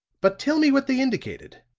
but tell me what they indicated.